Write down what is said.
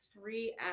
three